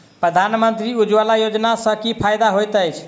प्रधानमंत्री उज्जवला योजना सँ की फायदा होइत अछि?